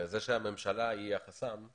זה שהממשלה היא החסם,